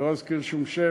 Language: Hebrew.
לא אזכיר שום שם.